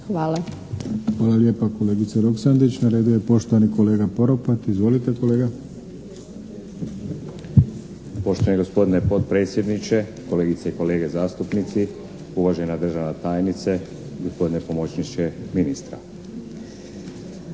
(SDP)** Hvala lijepa kolegice Roksandić. Na redu je poštovani kolega Poropat. Izvolite kolega. **Poropat, Valter (IDS)** Poštovani gospodine potpredsjedniče, kolegice i kolege zastupnici, uvažena državna tajnice, gospodine pomoćniče ministra.